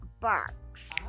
box